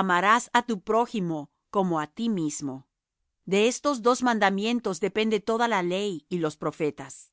amarás á tu prójimo como á ti mismo de estos dos mandamientos depende toda la ley y los profetas